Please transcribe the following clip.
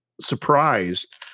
surprised